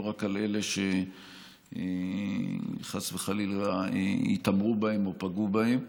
לא רק על אלה שחס וחלילה התעמרו בהם או פגעו בהם.